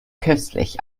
köstlich